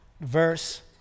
verse